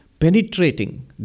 Penetrating